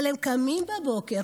אבל הם קמים בבוקר,